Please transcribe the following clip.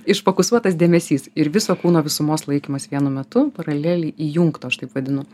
išfokusuotas dėmesys ir viso kūno visumos laikymas vienu metu paraleliai įjungto aš taip vadinu